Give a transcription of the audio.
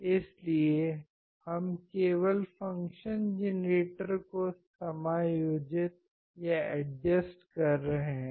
इसलिए हम केवल फ़ंक्शन जेनरेटर को समायोजित कर रहे हैं